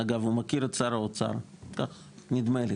אגב, הוא מכיר את שר האוצר, נדמה לי,